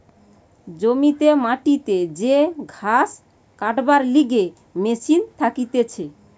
জমিতে মাটিতে যে ঘাস কাটবার লিগে মেশিন থাকতিছে